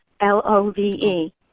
L-O-V-E